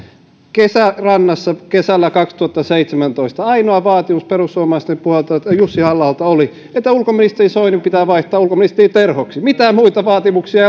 kesärannassa kesällä kaksituhattaseitsemäntoista ainoa vaatimus perussuomalaisten puolelta jussi halla aholta oli että ulkoministeri soini pitää vaihtaa ulkoministeri terhoksi mitään muita vaatimuksia